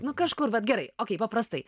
nu kažkur vat gerai okey paprastai